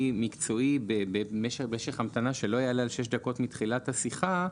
מקצועי במשך המתנה שלא יעלה על שש דקות מתחילת השיחה,